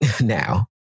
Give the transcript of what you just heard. now